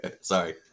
Sorry